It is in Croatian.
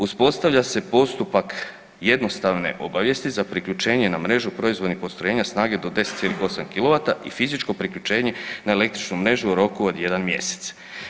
Uspostavlja se postupak jednostavne obavijesti za priključenje na mrežu proizvodnih postrojenja snage do 10,8 kilovata i fizičko priključenje na elektroničnu mrežu u roku od 1 mjesec.